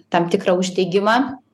tam tikrą uždegimą